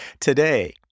today